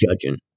judging